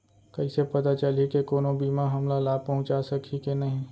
कइसे पता चलही के कोनो बीमा हमला लाभ पहूँचा सकही के नही